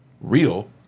real